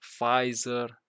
Pfizer